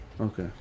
Okay